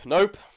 Nope